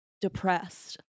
depressed